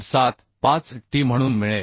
75t म्हणून मिळेल